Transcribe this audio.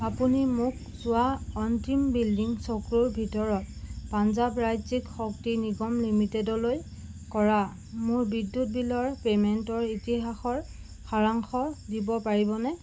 আপুনি মোক যোৱা অন্তিম বিলডিং চকুৰ ভিতৰত পঞ্জাৱ ৰাজ্যিক শক্তি নিগম লিমিটেডলৈ কৰা মোৰ বিদ্যুৎ বিলৰ পে'মেণ্টৰ ইতিহাসৰ সাৰাংশ দিব পাৰিবনে